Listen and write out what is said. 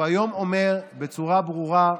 היום הוא אומר בצורה ברורה,